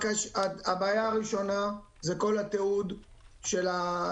הבעיה הראשונה זה כל התיעוד של הלקוח.